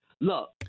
Look